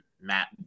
Matt